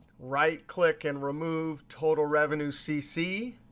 right click and remove total revenue cc.